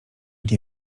nie